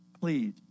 please